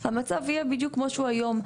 המצב יהיה בדיוק כמו שהוא היום.